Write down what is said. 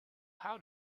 how